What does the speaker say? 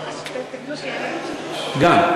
גם.